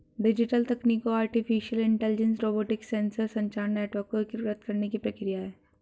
digital तकनीकों artificial intelligence, robotics, sensor, संचार network को एकीकृत करने की प्रक्रिया है